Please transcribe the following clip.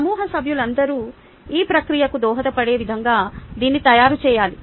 సమూహ సభ్యులందరూ ఈ ప్రక్రియకు దోహదపడే విధంగా దీన్ని తయారు చేయాలి